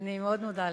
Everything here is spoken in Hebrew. אני מאוד מודה לך.